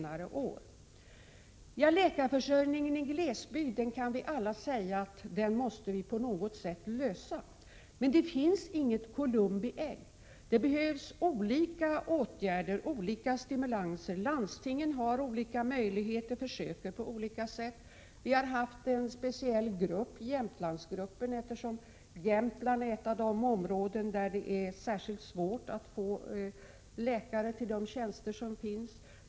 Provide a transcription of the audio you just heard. När det gäller läkarförsörjningen på glesbygden kan vi alla säga att vi måste lösa den på något sätt. Det finns emellertid inget Columbi ägg. Det behövs olika åtgärder och olika stimulanser. Landstingen har olika möjligheter och försöker på olika sätt. Vi har haft en speciell grupp, Jämtlandsgruppen, eftersom Jämtland är ett av de områden där det är särskilt svårt att få läkare till de tjänster som finns.